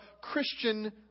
Christian